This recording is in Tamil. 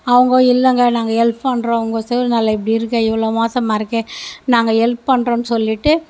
அவங்க இல்லைங்க நாங்கள் ஹெல்ப் பண்ணுறோம் உங்கள் சூழ்நில இப்படி இருக்கே இவ்வளோ மோசமாக இருக்கே நாங்கள் ஹெல்ப் பண்ணுறோன்னு சொல்லிவிட்டு